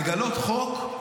לגלות חוק,